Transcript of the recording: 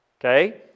Okay